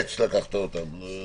לקחתם אותם כיועצים?